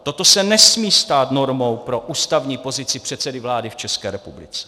Toto se nesmí stát normou pro ústavní pozici předsedy vlády v České republice.